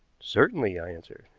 certainly, i answered.